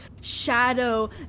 shadow